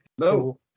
No